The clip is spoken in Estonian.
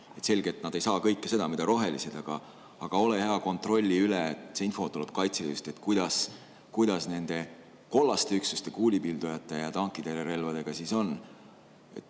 Selge, et nad ei saa kõike seda, mida rohelised. Aga ole hea, kontrolli üle – see info tuleb Kaitseliidust –, kuidas nende kollaste üksuste kuulipildujate ja tankitõrjerelvadega siis on.